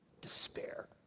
despair